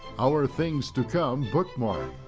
our things to come bookmark,